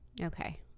Okay